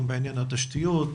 גם בעניין התשתיות,